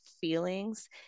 feelings